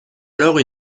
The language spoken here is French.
alors